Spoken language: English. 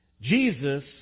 Jesus